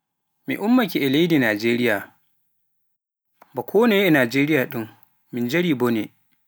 Mi ummaake e leydi Najeriya, bano konoye e Najeriya ɗum min njari bone.